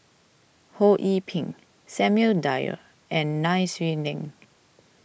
Ho Yee Ping Samuel Dyer and Nai Swee Leng